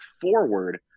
forward